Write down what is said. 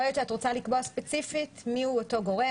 יכול להיות שאת רוצה לקבוע ספציפית מי הוא אותו גורם,